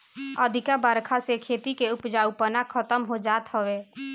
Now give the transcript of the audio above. अधिका बरखा से खेती के उपजाऊपना खतम होत जात हवे